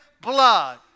blood